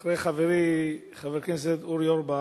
תודה, אחרי חברי, חבר הכנסת אורי אורבך,